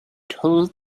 told